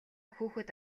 хүүхэд